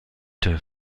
der